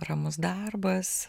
ramus darbas